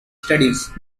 studies